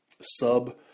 sub